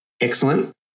excellent